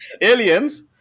Aliens